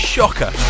Shocker